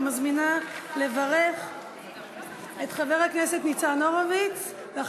אני מזמינה את חבר הכנסת ניצן הורוביץ לברך,